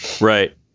Right